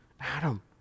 Adam